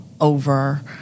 over